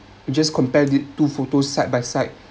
just compare it two photos side by side